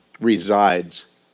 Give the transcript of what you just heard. resides